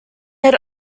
had